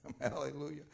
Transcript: hallelujah